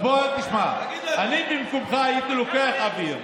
אז תשמע, אני במקומך הייתי לוקח אוויר,